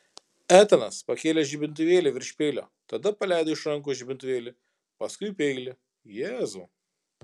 etanas pakėlė žibintuvėlį virš peilio tada paleido iš rankų žibintuvėlį paskui peilį jėzau